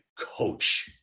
coach